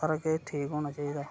सारा किश ठीक होना चाहिदा